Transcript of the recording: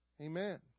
amen